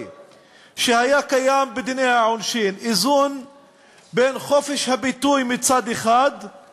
שהיה קיים בדיני העונשין: איזון בין חופש הביטוי מצד אחד